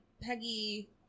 Peggy